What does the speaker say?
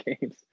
games